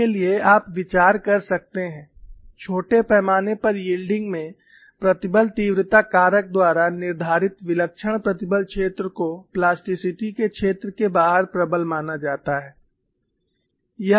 समय के लिए आप विचार कर सकते हैं छोटे पैमाने पर यील्डइंग में प्रतिबल तीव्रता कारक द्वारा निर्धारित विलक्षण प्रतिबल क्षेत्र को प्लास्टिसिटी के क्षेत्र के बाहर प्रबल माना जाता है